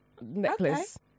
necklace